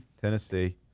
Tennessee